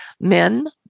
Men